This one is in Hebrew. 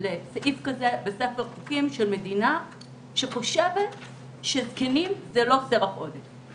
לסעיף כזה בספר החוקים של מדינה שחושבת שזקנים הם לא סרח עודף.